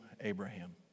Abraham